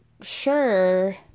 sure